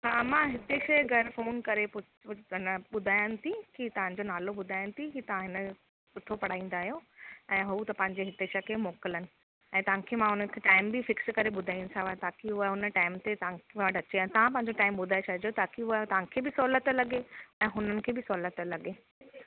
हा मां हितेश जे घर फ़ोन करे पु पु अन ॿुधायांनि थी की तव्हांजो नालो ॿुधायांनि थी की तव्हां इन सुठो पढ़ाईंदा आहियो ऐं हू त पंहिंजे हितेश खे मोकिलनि ऐं तव्हांखे मां हुन टाइम बि फ़िक्स करे ॿुधाईंदीसांव ताकी उहा हुन टाइम ते तव्हां वटि अचे तव्हां पंहिंजो टाएम ॿुधाए छॾिजो ताकी हूअं तव्हांखे बि सहूलियत लॻे ऐं हुननि खे बि सहूलियत लॻे